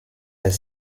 est